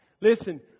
Listen